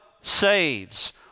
saves